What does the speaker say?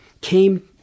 came